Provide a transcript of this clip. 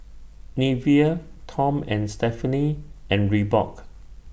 Nivea Tom and Stephanie and Reebok